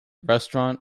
restaurant